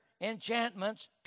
enchantments